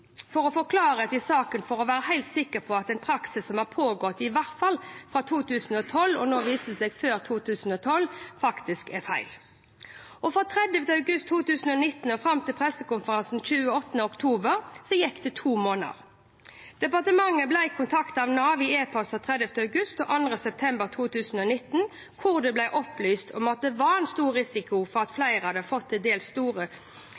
å få klarhet i saken og bli helt sikker på at en praksis som har pågått i hvert fall fra 2012 – nå har det også vist seg at den pågikk før 2012 – faktisk er feil. Fra 30. august 2019 og fram til pressekonferansen 28. oktober gikk det to måneder. Departementet ble kontaktet av Nav i e-poster 30. august og 2. september 2019, hvor det ble opplyst om at det var stor risiko for at flere hadde fått til dels store